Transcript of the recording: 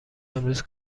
امروز